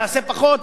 תעשה פחות,